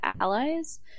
allies